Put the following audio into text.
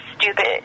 stupid